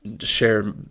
share